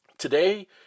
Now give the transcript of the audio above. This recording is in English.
Today